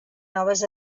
noves